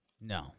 No